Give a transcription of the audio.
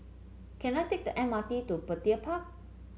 can I take the M R T to Petir Park